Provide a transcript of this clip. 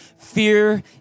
fear